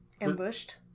ambushed